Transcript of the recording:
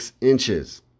inches